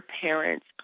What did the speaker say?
parents